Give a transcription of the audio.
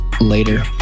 Later